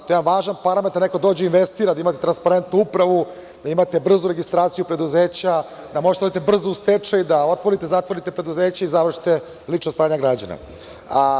To je jedan važan parametar da neko dođe i investira, da imate transparentnu upravu, da imate brzu registraciju preduzeća, da možete da odete brzo u stečaj, da otvorite-zatvorite preduzeće i završite lična stanja građana.